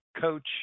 coach